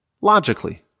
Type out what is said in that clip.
logically